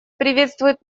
приветствует